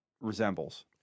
resembles